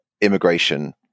immigration